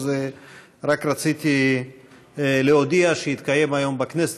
אז רק רציתי להודיע שיתקיים היום בכנסת